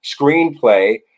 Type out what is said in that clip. screenplay